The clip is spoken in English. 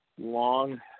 long –